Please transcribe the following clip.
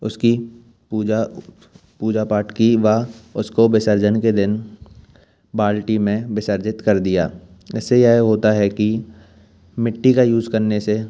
उसकी पूजा पूजा पाठ की व उसको विसर्जन के दिन बाल्टी में विसर्जित कर दिया इससे यह होता है कि मिट्टी का यूज़ करने से